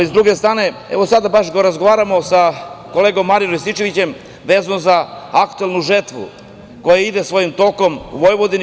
Sa druge strane, evo baš razgovaram sa kolegom Marjanom Rističevićem vezano za aktuelnu žetvu koja ide svojim tokom u Vojvodini.